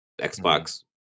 Xbox